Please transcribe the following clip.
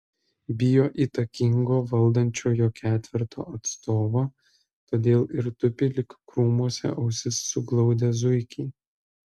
bijo įtakingo valdančiojo ketverto atstovo todėl ir tupi lyg krūmuose ausis suglaudę zuikiai